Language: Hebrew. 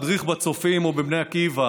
מדריך בצופים או בבני עקיבא,